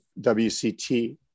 WCT